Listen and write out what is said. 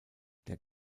der